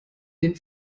den